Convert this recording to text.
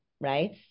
right